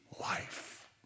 life